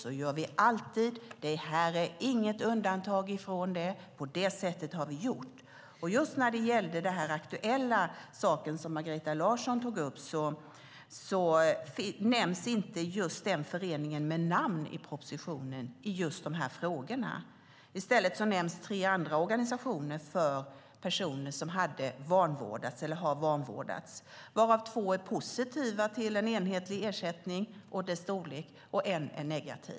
Så gör vi alltid. Det här är inget undantag från det. Vi har gjort på det sättet. När det gäller den aktuella sak som Margareta Larsson tar upp nämns inte just den föreningen med namn i propositionen i just de här frågorna. I stället nämns tre andra organisationer för personer som har vanvårdats. Två av dem är positiva till en enhetlig ersättning och dess storlek, och en är negativ.